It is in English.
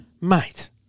Mate